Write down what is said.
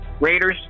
Raiders-